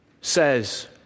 says